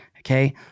Okay